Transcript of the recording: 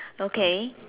okay